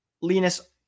Linus